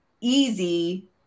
easy